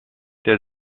der